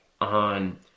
on